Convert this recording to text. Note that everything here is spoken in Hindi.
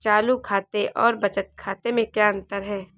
चालू खाते और बचत खाते में क्या अंतर है?